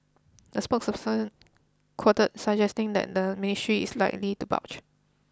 the spokesperson quoted suggesting that the ministry is likely to budge